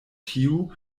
tiu